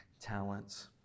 talents